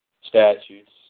statutes